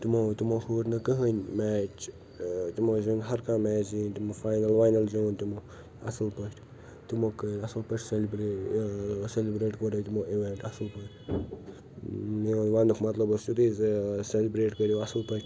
تِمو تِمو ہور نہٕ کہٲنۍ میچ ٲں تِمو زیٛوٗن ہر کاںٛہہ میچ زیٖنۍ تِمو فاینَل واینَل زیٛوٗن تِمو اصٕل پٲٹھۍ تِمو کٔرۍ اصٕل پٲٹھۍ سیٚلِبرٛے ٲں سیٚلِبرٛیٹ کوٚر تِمو اصٕل پٲٹھۍ میٛون وننُک مطلب اوس یُتُے زِ سیٚلِبرٛیٹ کرِو اصٕل پٲٹھۍ